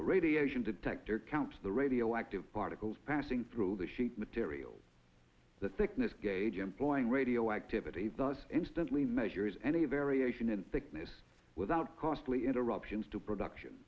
a radiation detector counts the radioactive particles passing through the sheet material the thickness gauge employing radioactivity does instantly measures any variation in thickness without costly interruptions to production